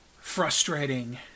frustrating